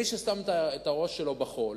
מי ששם את הראש שלו בחול,